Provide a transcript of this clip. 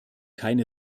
keine